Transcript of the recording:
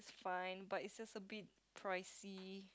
fine but it's just a bit pricey